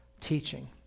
teaching